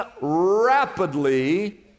rapidly